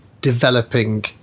developing